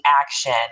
action